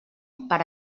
per